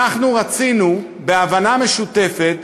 אנחנו רצינו, בהבנה משותפת,